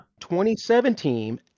2017